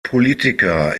politiker